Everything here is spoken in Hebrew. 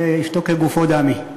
אשתו כגופו דמי.